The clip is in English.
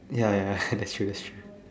ya ya ya that's true that's true